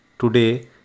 Today